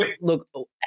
Look